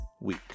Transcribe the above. week